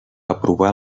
aprovar